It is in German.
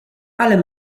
alle